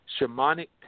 Shamanic